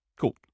cool